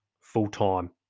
full-time